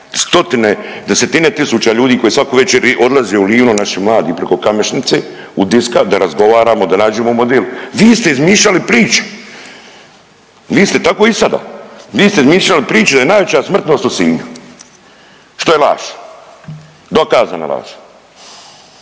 stotine desetine tisuća ljudi koji svaku večer odlaze u Livno, naši mladi preko Kamešnice u disko, da razgovaramo, da nađemo model, vi ste izmišljali priče, vi ste tako i sada, vi ste izmišljali priče da je najveća smrtnost od Sinja, što je laž, dokazana laž,